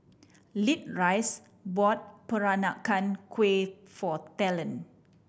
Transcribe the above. Leatrice bought Peranakan Kueh for Talen